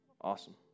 Awesome